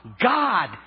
God